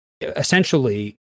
Essentially